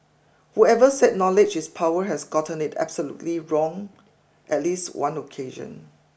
whoever said knowledge is power has gotten it absolutely wrong at least one occasion